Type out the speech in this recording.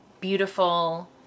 beautiful